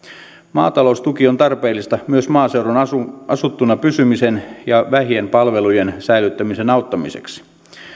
maataloustuki on tarpeellista myös maaseudun asuttuna pysymisen ja vähien palvelujen säilyttämisen auttamiseksi